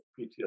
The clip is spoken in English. PTSD